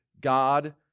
God